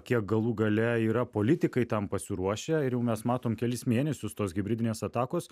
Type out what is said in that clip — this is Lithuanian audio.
kiek galų gale yra politikai tam pasiruošę ir jau mes matom kelis mėnesius tos hibridinės atakos